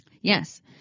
Yes